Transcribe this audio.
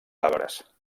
arbres